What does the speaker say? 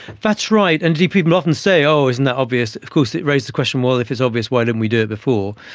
that's right, and people often say, oh, isn't that obvious. of course it raises the question, well, if it's obvious why didn't we do it before.